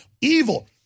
evil